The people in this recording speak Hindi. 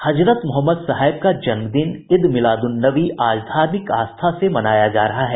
हजरत मोहम्मद साहेब का जन्मदिन ईद मिलाद्रन्नबी आज धार्मिक आस्था से मनाया जा रहा है